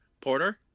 Porter